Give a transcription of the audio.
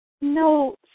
no